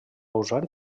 usar